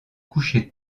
coucher